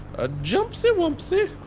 a jump-sy wumb-sy.